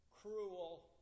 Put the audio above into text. cruel